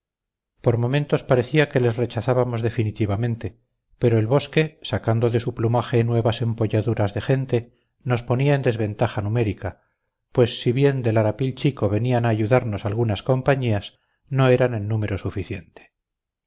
por momentos parecía que les rechazábamos definitivamente pero el bosque sacando de su plumaje nuevas empolladuras de gente nos ponía en desventaja numérica pues si bien del arapil chico venían a ayudarnos algunas compañías no eran en número suficiente